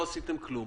לא עשיתם כלום.